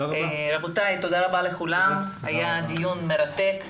רבותיי, תודה רבה לכולם, היה דיון מרתק.